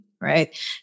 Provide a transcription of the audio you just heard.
Right